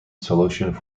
solutions